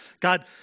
God